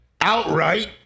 Outright